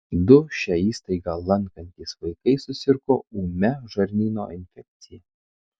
du šią įstaigą lankantys vaikai susirgo ūmia žarnyno infekcija